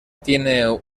tiene